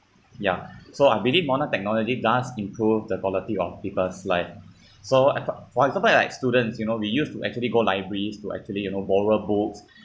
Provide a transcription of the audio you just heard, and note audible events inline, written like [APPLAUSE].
ya so I believe modern technology does improve the quality of people's life so I thought for example like students you know we used to actually go libraries to actually you know borrow books [BREATH]